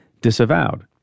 disavowed